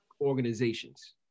organizations